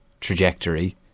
trajectory